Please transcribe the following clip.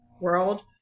world